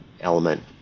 element